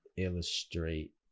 illustrate